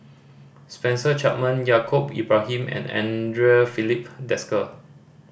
Spencer Chapman Yaacob Ibrahim and Andre Filipe Desker